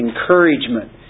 encouragement